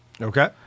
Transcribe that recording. Okay